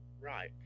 right